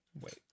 Wait